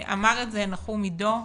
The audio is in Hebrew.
אמר את זה נחום עידו,